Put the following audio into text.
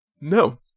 no